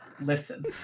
Listen